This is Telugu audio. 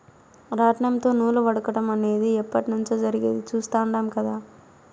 రాట్నంతో నూలు వడకటం అనేది ఎప్పట్నుంచో జరిగేది చుస్తాండం కదా